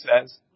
says